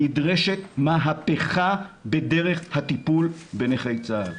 נדרשת מהפכה בדרך הטיפול בנכי צה"ל.